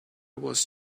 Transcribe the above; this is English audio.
was